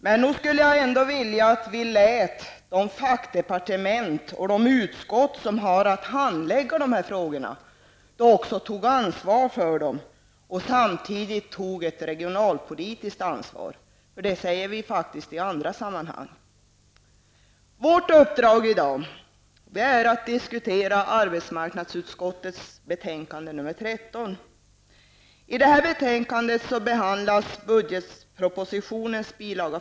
Men nog skulle jag vilja att vi lät de fackdepartement och de utskott som har att handlägga de här frågorna ta ansvar för dem och samtidigt ta ett regionalpolitiskt ansvar. Det säger vi faktiskt i andra sammanhang. Vårt uppdrag i dag är att diskutera arbetsmarknadsutskottets betänkande nr 13. I detta betänkande behandlas budgetpropositionens bil.